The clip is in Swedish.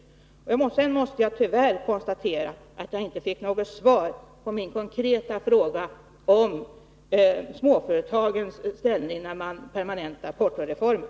Sedan måste jag tyvärr konstatera att jag inte fick något svar på min konkreta fråga, om småföretagens ställning när man permanentar portoreformen.